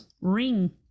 ring